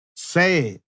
Say